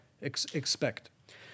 expect